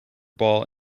ball